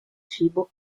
cibo